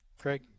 Craig